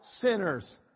sinners